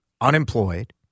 unemployed